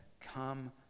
come